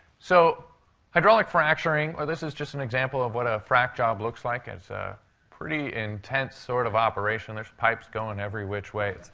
so hydraulic fracturing well, this is just an example of what a frac job looks like. it's a pretty intense sort of operation. there's pipes going every which way.